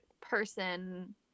person